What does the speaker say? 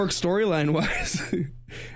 storyline-wise